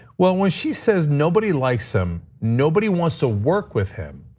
well, when she says nobody likes him, nobody wants to work with him.